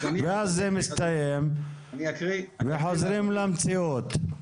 ואז זה מסתיים וחוזרים למציאות.